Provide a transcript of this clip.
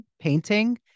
painting